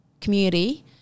community